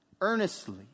earnestly